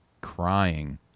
crying